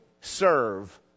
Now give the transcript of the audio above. serve